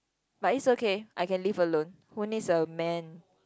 but it's okay I can live alone who needs a man